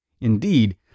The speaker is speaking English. Indeed